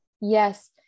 Yes